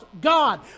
God